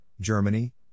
Germany